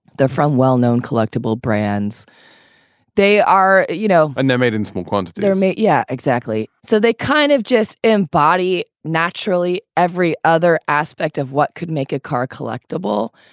they're front well-known collectible brands they are, you know, and they're made in small quantities there, mate yeah. exactly. so they kind of just embody naturally every other aspect of what could make a car collectable.